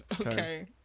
Okay